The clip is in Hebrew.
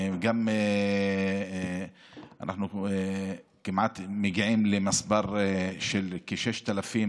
ואנחנו מתקרבים למספר 6,000